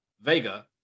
vega